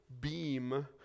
beam